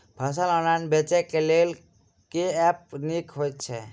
फसल ऑनलाइन बेचै केँ लेल केँ ऐप नीक होइ छै?